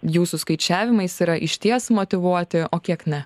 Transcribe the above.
jūsų skaičiavimais yra išties motyvuoti o kiek ne